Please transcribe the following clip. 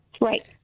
Right